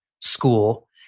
school